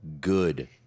good